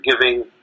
giving